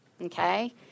okay